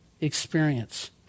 experience